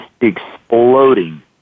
exploding